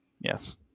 Yes